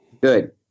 Good